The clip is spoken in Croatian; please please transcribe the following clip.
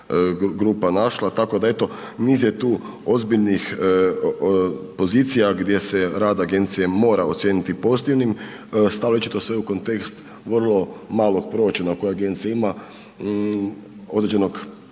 grupa našla. Tako da eto niz je tu ozbiljnih pozicija gdje se rad agencije mora ocijeniti pozitivnim … je očito sve u kontekst vrlo malog proračuna koji agencija ima određene